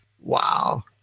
wow